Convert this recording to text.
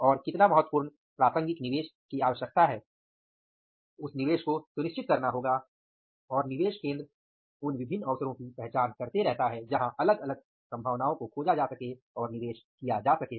और कितना महत्वपूर्ण प्रासंगिक निवेश की आवश्यकता है उस निवेश को सुनिश्चित करना होगा और निवेश केंद्र उन विभिन्न अवसरों की पहचान करते रहता है जहाँ अलग अलग संभावनाओं को खोजा जा सके और निवेश किया जा सके